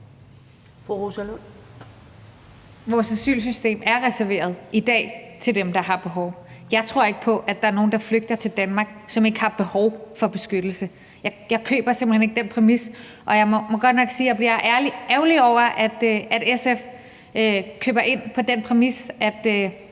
Vores asylsystem er reserveret i dag til dem, der har behov. Jeg tror ikke på, er der er nogen, der flygter til Danmark, som ikke har behov for beskyttelse. Jeg køber simpelt hen ikke den præmis. Og jeg må godt nok sige, at jeg bliver ærgerlig over, at SF køber ind på den præmis, at